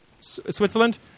Switzerland